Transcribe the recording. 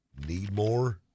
Needmore